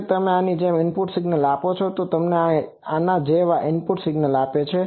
જો તમે આની જેમ ઇનપુટ સિગ્નલ આપો છો તો આ તમને આના જેવા સિગ્નલ આપે છે